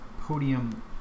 Podium